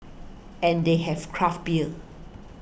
and they have craft beer